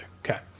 okay